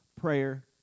prayer